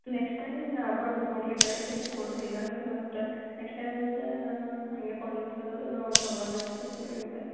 next time ಇನ್ನೂ ಬಂದು ನೋಡಿರಿ ಕರೆಕ್ಟ್ ಇದು ಕೊಡಿರಿ ಇಲ್ಲ ಅಂದರೆ ಮತ್ತು ನೆಕ್ಸ್ಟ್ ಟೈಮ್ ಇಂದ ಹಾಗೆ ಕೊಡ್ಲಿಕ್ಕೆ ಇದೆ ಅಂದರೆ ನಾವು ತಗೊಳ್ಳೋದೆ ಬಿಟ್ಟು ಬಿಡ್ತೀವಿ ರೀ ನಿಮ್ಮಲ್ಲಿ